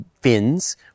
fins